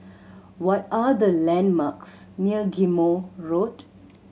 what are the landmarks near Ghim Moh Road